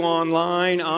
online